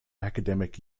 academic